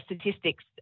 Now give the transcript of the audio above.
statistics